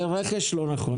לרכש לא נכון.